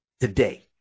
today